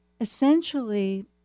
essentially